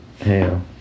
Hell